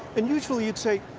and usually you'd say,